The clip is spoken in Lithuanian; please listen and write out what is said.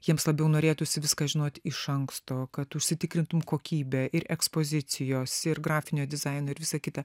jiems labiau norėtųsi viską žinot iš anksto kad užsitikrintum kokybę ir ekspozicijos ir grafinio dizaino ir visą kitą